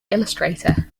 illustrator